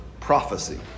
prophecy